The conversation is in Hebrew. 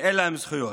שאין להם זכויות.